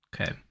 Okay